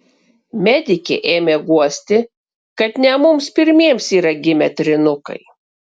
medikė ėmė guosti kad ne mums pirmiems yra gimę trynukai